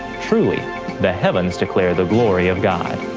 truly the heavens declare the glory of god.